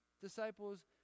disciples